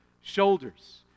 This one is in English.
shoulders